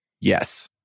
yes